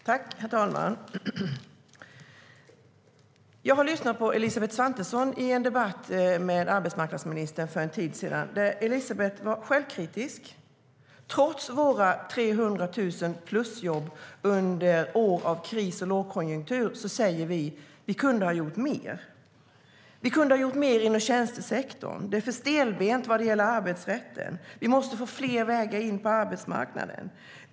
Herr talman! Jag lyssnade för en tid sedan på Elisabeth Svantesson i en debatt med arbetsmarknadsministern där Elisabeth var självkritisk. Trots våra 300 000 plusjobb under år av kris och lågkonjunktur säger vi: Vi kunde ha gjort mer. Vi kunde ha gjort mer inom tjänstesektorn. Det är för stelbent vad gäller arbetsrätten. Vi måste få fler vägar in på arbetsmarknaden.